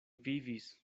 vivis